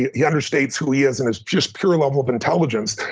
he he understates who he is and his just pure level of intelligence.